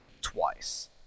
twice